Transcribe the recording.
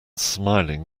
smiling